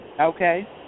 okay